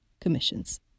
commissions